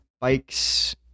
bikes